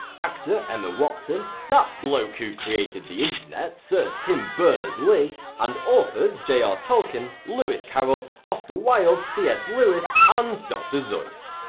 actor and emma watson, that bloke who created the internet sir tim berners-lee and authors jr ah tolkien, lewis carroll, oscar wilde, c s. lewis and dr. seuss